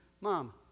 Mom